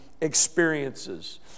experiences